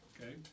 Okay